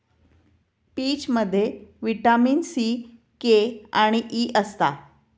पीचमध्ये vitamin C, K आणि E असता